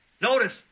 notice